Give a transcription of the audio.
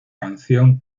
canción